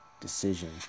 decision